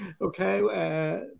Okay